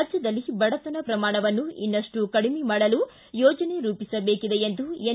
ರಾಜ್ಯದ ಬಡತನ ಪ್ರಮಾಣವನ್ನು ಇನ್ನಷ್ಟು ಕಡಿಮ ಮಾಡಲು ಯೋಜನೆ ರೂಪಿಸಬೇಕಿದೆ ಎಂದು ಎನ್